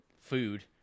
Food